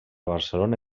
barcelona